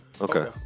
Okay